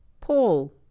Paul